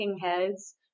heads